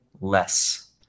less